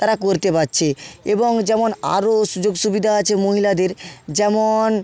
তারা করতে পারছে এবং যেমন আরও সুযোগ সুবিধা আছে মহিলাদের যেমন